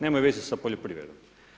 Nemaju veze sa poljoprivredom.